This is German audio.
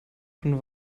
von